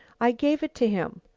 i gave it to him.